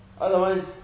otherwise